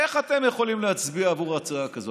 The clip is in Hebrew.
איך אתם יכולים להצביע עבור ההצעה כזאת?